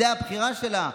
זו הבחירה שלה.